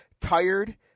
tired